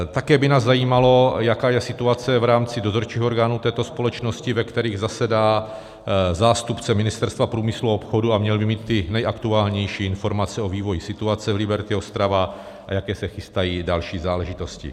Také by nás zajímalo, jaká je situace v rámci dozorčích orgánů této společnosti, ve kterých zasedá zástupce Ministerstva průmyslu a obchodu, měl by mít nejaktuálnější informace o vývoji situace v Liberty Ostrava a jaké se chystají další záležitosti.